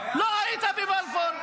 לא היית בבלפור.